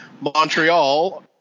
Montreal